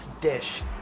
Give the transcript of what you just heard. dish